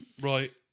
Right